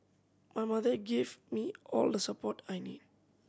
my mother gave me all the support I need